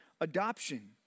adoption